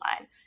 line